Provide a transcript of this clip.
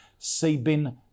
Cbin